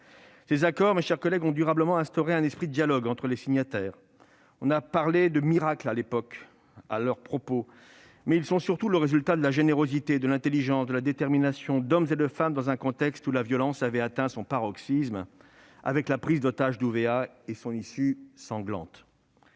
Ces accords ont durablement instauré un esprit de dialogue entre les signataires. On a beaucoup parlé à l'époque de « miracle » à leur propos, mais ils sont surtout le résultat de la générosité, de l'intelligence, de la détermination d'hommes et de femmes dans un contexte où la violence avait atteint son paroxysme lors de la prise d'otages d'Ouvéa et de son issue sanglante.